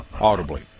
audibly